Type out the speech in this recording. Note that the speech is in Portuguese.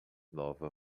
nova